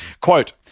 Quote